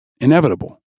inevitable